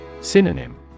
Synonym